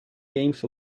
games